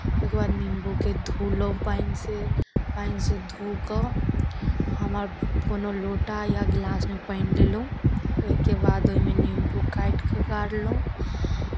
ओहिके बाद निम्बूकेँ धोलहुँ पानिसँ पानिसँ धो कऽ हम अर कोनो लोटा या गिलासमे पानि लेलहुँ ओहिके बाद ओहिमे निम्बू काटि कऽ गाड़लहुँ